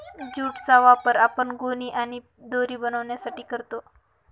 jute चा वापर आपण गोणी आणि दोरी बनवण्यासाठी करतो